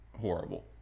horrible